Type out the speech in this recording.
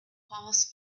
passed